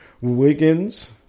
Wiggins